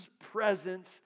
presence